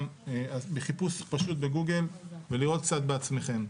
בחיפוש פשוט בגוגל ולראות קצת בעצמכם.